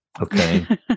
okay